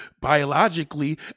Biologically